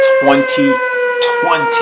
2020